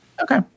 Okay